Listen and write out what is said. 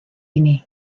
inni